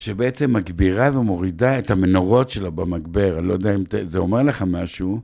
שבעצם מגבירה ומורידה את המנורות שלו במגבר, אני לא יודע אם זה אומר לך משהו.